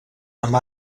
amb